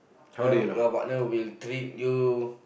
then your partner will treat you